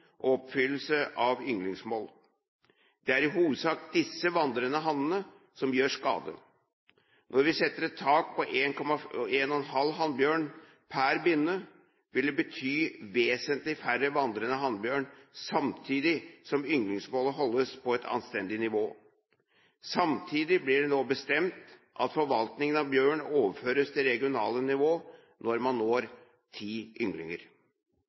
og oppfyllelse av ynglingsmål. Det er i hovedsak disse vandrende hannene som gjør skade. Når vi setter et tak på 1,5 hannbjørn per binne, vil det bety vesentlig færre vandrende hannbjørn, samtidig som ynglingsmålet holdes på et anstendig nivå. Samtidig blir det nå bestemt at forvaltningen av bjørn overføres til regionale nivå når man når ti ynglinger.